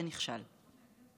ונכשל.